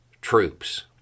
troops